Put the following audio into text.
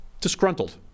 disgruntled